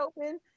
open